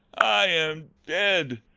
i am dead.